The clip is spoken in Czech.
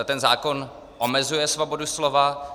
Ten zákon omezuje svobodu slova.